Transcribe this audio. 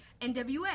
NWA